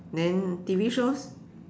then T_V shows